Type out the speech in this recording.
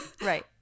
right